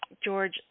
George